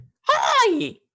Hi